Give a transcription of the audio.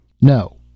No